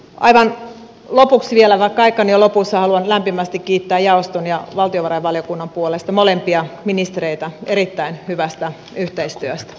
aivan lopuksi vielä vaikka aikani on lopussa haluan lämpimästi kiittää jaoston ja valtiovarainvaliokunnan puolesta molempia ministereitä erittäin hyvästä yhteistyöstä